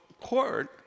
court